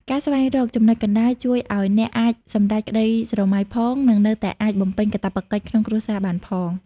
ការស្វែងរក "ចំណុចកណ្តាល" ជួយឱ្យអ្នកអាចសម្រេចក្តីស្រមៃផង និងនៅតែអាចបំពេញកាតព្វកិច្ចក្នុងគ្រួសារបានផង។